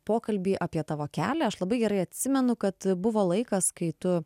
pokalbį apie tavo kelią aš labai gerai atsimenu kad buvo laikas kai tu